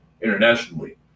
internationally